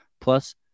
Plus